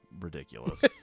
ridiculous